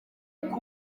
hari